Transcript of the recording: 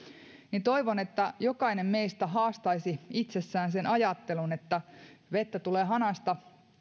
niin toivon että jokainen meistä haastaisi itsessään sen ajattelun että vettä tulee hanasta